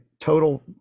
total